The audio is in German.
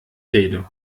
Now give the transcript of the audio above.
rede